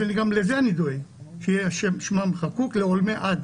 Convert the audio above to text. אז גם לזה אני דואג, שיהיה שמם חקוק לעולמי עד